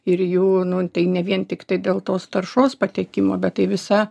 ir jų nu tai ne vien tiktai dėl tos taršos patekimo bet tai visa